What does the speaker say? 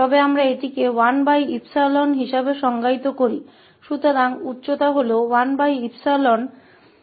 तो इस 𝑎 से 𝑎 𝜖 तक की ऊंचाई 1𝜖 है